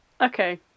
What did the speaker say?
Okay